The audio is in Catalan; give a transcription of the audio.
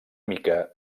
mica